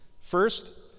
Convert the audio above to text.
First